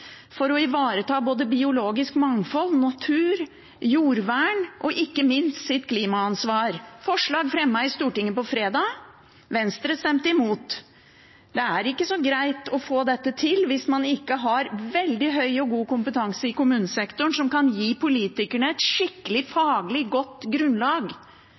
for å ivareta både biologisk mangfold, natur, jordvern og ikke minst sitt klimaansvar, ble det fremmet forslag om i Stortinget på fredag – Venstre stemte imot. Det er ikke så greit å få til dette hvis man ikke har veldig høy og god kompetanse i kommunesektoren, som kan gi politikerne et skikkelig faglig godt grunnlag.